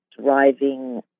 driving